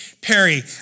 Perry